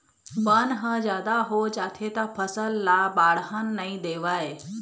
बन ह जादा हो जाथे त फसल ल बाड़हन नइ देवय